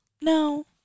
No